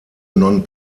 non